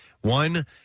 One